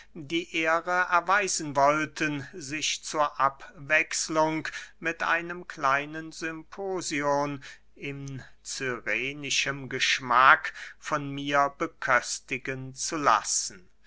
die ehre erweisen wollten sich zur abwechslung mit einem kleinen symposion in cyrenischem geschmack von mir beköstigen zu lassen